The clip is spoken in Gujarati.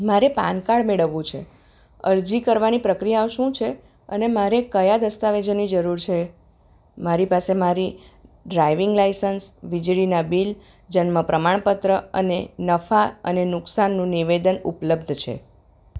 મારે પાનકાર્ડ મેળવવું છે અરજી કરવાની પ્રક્રિયાઓ શું છે અને મારે કયા દસ્તાવેજોની જરૂર છે મારી પાસે મારી ડ્રાઈવિંગ લાયસન્સ વીજળીનાં બિલ જન્મ પ્રમાણપત્ર અને નફા અને નુકસાનનું નિવેદન ઉપલબ્ધ છે